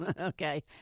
Okay